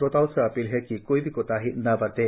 श्रोताओं से अपील है कि कोई भी कोताही न बरतें